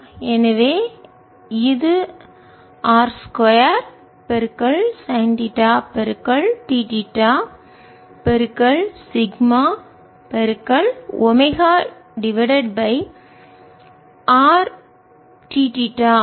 எனவே இது R 2 sine theta d theta sigma omega divided by R d theta ஆகும்